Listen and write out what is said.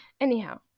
Anyhow